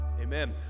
Amen